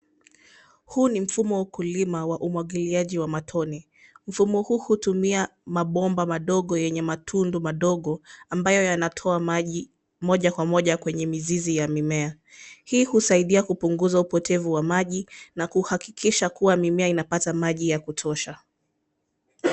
Huu ni mfumo wa kulima wa umwagiliaji wa matone. Mfumo huu hutumia mabomba madogo enye matundo madogo ambayo yanatoa maji moja kwa moja kwenye mizizi ya mimea. Hii husaidia kupunguza upotevu wa maji na huhakikisha kuwa mimea inapata maji ya kutosha.